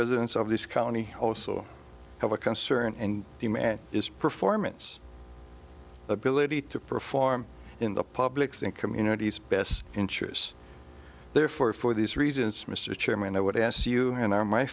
residents of this county also have a concern and demand is performance ability to perform in the public's and communities best interests therefore for these reasons mr chairman i would ask you and our my